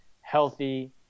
healthy